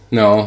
no